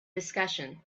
discussion